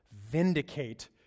vindicate